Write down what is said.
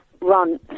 Run